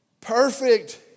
perfect